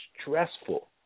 stressful